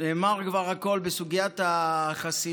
נאמר כבר הכול בסוגיית החסינות,